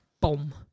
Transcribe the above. boom